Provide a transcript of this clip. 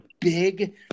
big